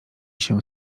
się